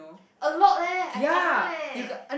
a lot leh I kena eh